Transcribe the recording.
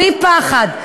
בלי פחד,